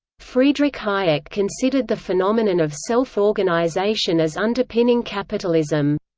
friedrich hayek considered the phenomenon of self-organisation as underpinning capitalism.